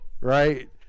right